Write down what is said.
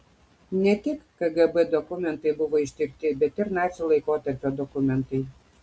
ne tik kgb dokumentai buvo ištirti bet ir nacių laikotarpio dokumentai